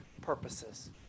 purposes